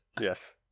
Yes